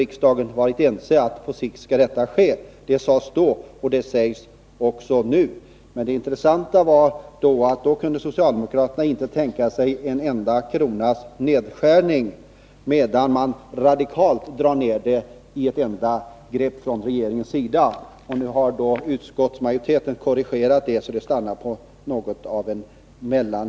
Riksdagen har ju varit ense om att detta på sikt skall avvecklas. Det sades då, och det sägs också nu. Men det är intressant att notera att socialdemokraterna då inte kunde tänka sig en enda kronas nedskärning, medan regeringen nu radikalt vill dra ned stödet med ett enda grepp. Utskottsmajoriteten har dock korrigerat regeringens förslag, så att nedskärningen stannar någonstans mitt emellan.